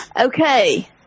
Okay